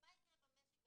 מה יקרה במשק?